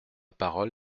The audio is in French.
parole